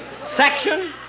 Section